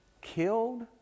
killed